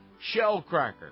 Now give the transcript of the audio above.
shellcracker